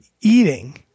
eating